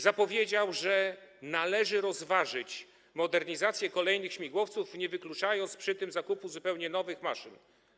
Zapowiedział, że należy rozważyć modernizację kolejnych śmigłowców, nie wykluczając przy tym zakupu zupełnie nowych maszyn.